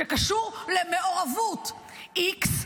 למעורבות X,